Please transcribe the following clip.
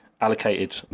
allocated